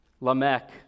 Lamech